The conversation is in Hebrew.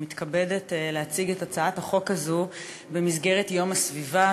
אני מתכבדת להציג את הצעת החוק הזאת במסגרת יום הסביבה,